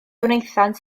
wnaethant